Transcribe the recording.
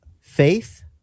faith